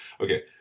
okay